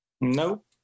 Nope